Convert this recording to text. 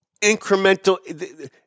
incremental